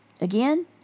again